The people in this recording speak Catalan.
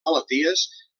malalties